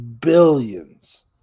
billions